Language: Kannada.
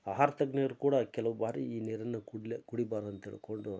ಆಹಾರ ತಜ್ಞರೂ ಕೂಡ ಕೆಲವು ಬಾರಿ ಈ ನೀರನ್ನು ಕುಡಿಲೇ ಕುಡಿಬಾರ್ದು ಅಂತ ಹೇಳ್ಕೊಂಡು